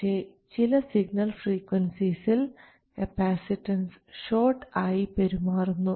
പക്ഷേ ചില സിഗ്നൽ ഫ്രീക്വൻസീസിൽ കപ്പാസിറ്റൻസ് ഷോട്ട് ആയി പെരുമാറുന്നു